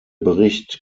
bericht